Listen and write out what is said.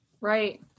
Right